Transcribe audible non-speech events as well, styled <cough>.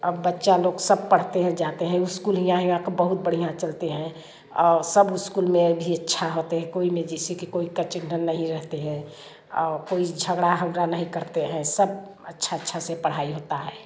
अब बच्चा लोग सब पढ़ते हैं जाते हैं स्कूल यहाँ यहाँ का बहुत बढ़िया चलते हैं और सब स्कूल में भी अच्छा होते हैं कोई में जैसे कि कोई <unintelligible> नहीं रहते हैं कोई झगड़ा होगड़ा नहीं करते हैं सब अच्छा अच्छा से पढ़ाई होता है